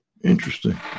interesting